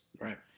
Right